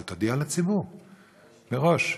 אבל תודיע לציבור מראש,